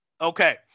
Okay